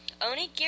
Onigiri